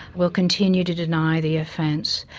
will continue to deny the offence.